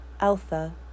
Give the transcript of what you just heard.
Alpha